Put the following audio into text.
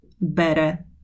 better